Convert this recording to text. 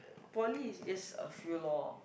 poly is just a few loh